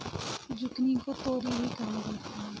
zucchini को तोरी भी कहा जाता है